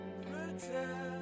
pretend